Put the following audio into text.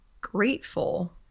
grateful